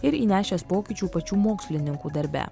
ir įnešęs pokyčių pačių mokslininkų darbe